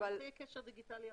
אמצעי קשר דיגיטלי אחר.